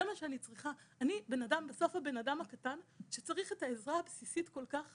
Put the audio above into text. אני בסוף האדם הקטן שצריך את העזרה הבסיסית כל כך,